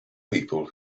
people